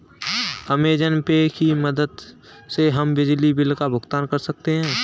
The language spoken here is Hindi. अमेज़न पे की मदद से हम बिजली बिल का भुगतान कर सकते हैं